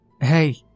Hey